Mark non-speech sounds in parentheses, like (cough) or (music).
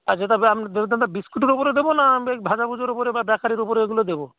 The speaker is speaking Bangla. আচ্ছা তবে আপনার (unintelligible) বিস্কুটের ওপরে দেবো না (unintelligible) ভাজাভুজির ওপরে বা বেকারির ওপরে এগুলো দেবো